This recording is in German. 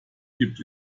gibt